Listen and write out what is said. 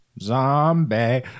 Zombie